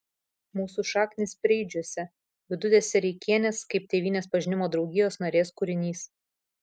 mūsų šaknys preidžiuose vidutės sereikienės kaip tėvynės pažinimo draugijos narės kūrinys